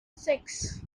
six